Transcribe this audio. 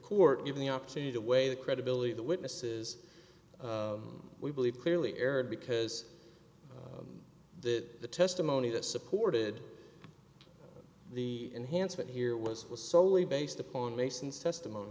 court given the opportunity to weigh the credibility of the witnesses we believe clearly erred because that testimony that supported the enhancement here was was soley based upon mason's testimony